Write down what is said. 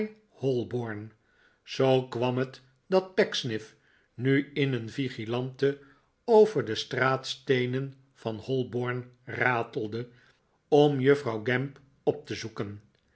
holborn zoo kwam het dat pecksniff nu in een vigilante over de straatsteenen van holborn ratelde om juffrouw gamp op te zoeken